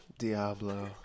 Diablo